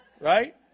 right